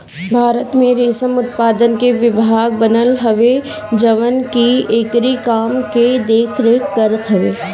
भारत में रेशम उत्पादन के विभाग बनल हवे जवन की एकरी काम के देख रेख करत हवे